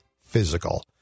physical